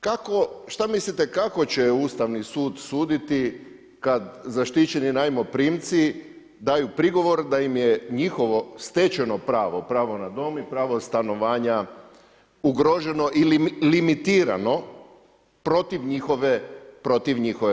Kako, šta mislite, kako će Ustavni sud suditi, kad zaštićeni najmoprimci, daju prigovor da im je njihovo stečeno pravo, pravo na dom i pravo stanovanja ugroženo ili limitirano protiv njihove volje.